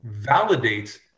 validates